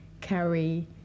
carry